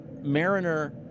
Mariner